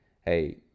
hey